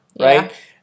right